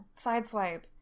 sideswipe